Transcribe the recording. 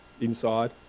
inside